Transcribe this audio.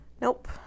Nope